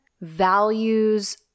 values